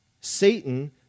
Satan